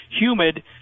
humid